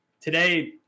today